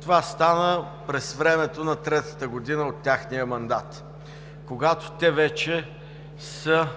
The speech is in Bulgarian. Това стана през времето на третата година от техния мандат, когато те вече са